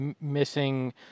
missing